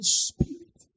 spirit